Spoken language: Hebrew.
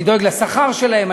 אני דואג לשכר שלהם,